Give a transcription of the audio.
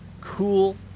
cool